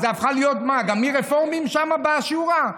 מה, גם הם רפורמים שם, בשורא?